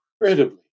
incredibly